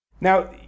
Now